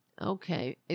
Okay